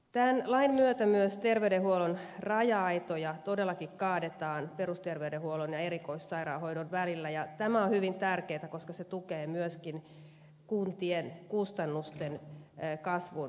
tämän lain myötä myös terveydenhuollon raja aitoja todellakin kaadetaan perusterveydenhuollon ja erikoissairaanhoidon väliltä ja tämä on hyvin tärkeätä koska se tukee myöskin kuntia kustannusten kasvun hillitsemisessä